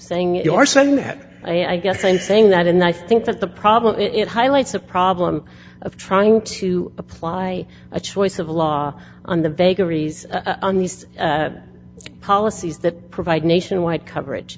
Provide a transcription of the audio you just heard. saying you are saying that i guess i'm saying that and i think that's the problem it highlights a problem of trying to apply a choice of law on the vagaries on these policies that provide nationwide coverage